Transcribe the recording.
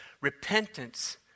repentance